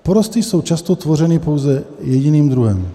Porosty jsou často tvořeny pouze jediným druhem.